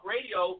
Radio